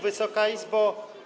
Wysoka Izbo!